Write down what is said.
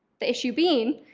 the issue being,